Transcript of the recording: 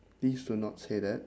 please do not say that